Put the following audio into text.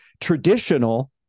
traditional